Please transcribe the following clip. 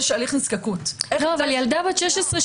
כשילדה בת 16 ניגשת לתחנה איך הוא ידע שיש הליך נזקקות?